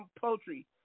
poultry